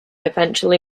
eventually